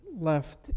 left